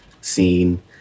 scene